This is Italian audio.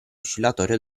oscillatorio